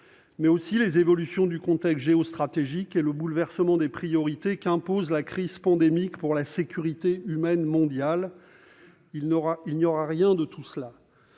mais aussi les évolutions du contexte géostratégique et le bouleversement des priorités qu'impose la crise pandémique pour la sécurité humaine mondiale. Mais le débat